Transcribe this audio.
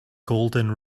golden